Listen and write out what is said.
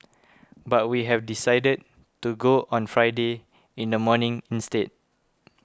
but we have decided to go on Friday in the morning instead